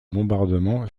bombardement